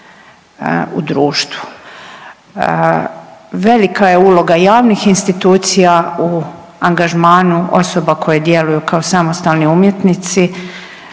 u društvu. Velika je uloga javnih institucija u angažmanu osoba koje djeluju kao samostalni umjetnici,